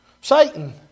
Satan